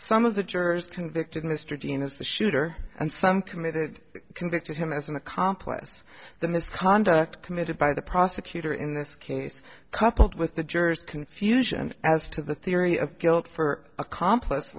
some of the jurors convicted mr dean as the shooter and some committed convicted him as an accomplice the misconduct committed by the prosecutor in this case coupled with the jurors confusion as to the theory of guilt for accompl